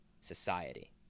society